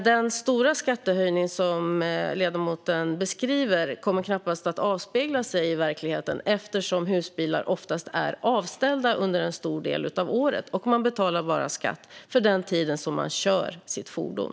Den stora skattehöjning som ledamoten beskriver kommer dock knappast att avspeglas i verkligheten eftersom husbilar oftast är avställda under en stor del av året och man bara betalar skatt för den tid man kör sitt fordon.